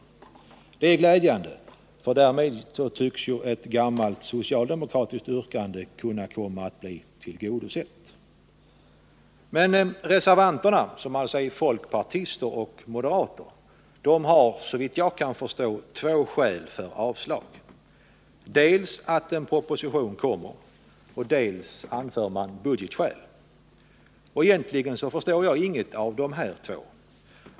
Detta är glädjande, för därmed tycks ett gammalt socialdemokratiskt yrkande kunna komma att bli tillgodosett. Men reservanterna, folkpartister och moderater, har två skäl för avslag, dels att en proposition kommer, dels budgetskäl. Jag förstår egentligen ingenting av det här.